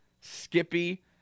Skippy